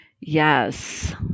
Yes